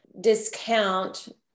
discount